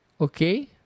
Okay